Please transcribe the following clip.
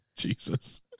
Jesus